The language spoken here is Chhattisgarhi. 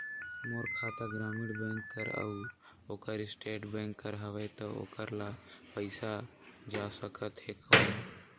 मोर खाता ग्रामीण बैंक कर अउ ओकर स्टेट बैंक कर हावेय तो ओकर ला पइसा जा सकत हे कौन?